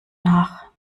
nach